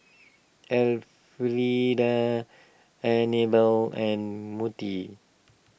Elfrieda Anibal and Monty